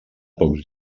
pocs